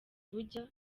bujya